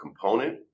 component